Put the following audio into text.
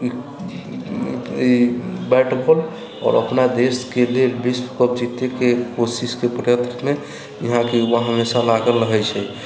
ई bat ball आओर अपना देशके लेल विश्व कप जीतेके कोशिशके प्रयत्नमे यहाँके युवा हमेशा लागल रहैत छै